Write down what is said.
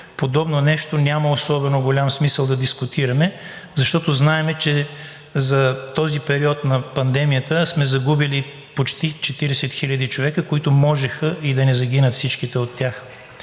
подобно нещо няма особено голям смисъл да дискутираме, защото знаем, че за този период на пандемията сме загубили почти 40 хиляди човека, които можеха и да не загинат всичките от тях.